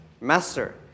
Master